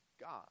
God